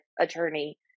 attorney